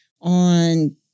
on